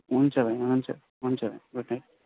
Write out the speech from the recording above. हुन्छ भाइ हुन्छ हुन्छ भाइ गुड नाइट